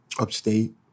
upstate